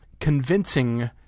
Convincing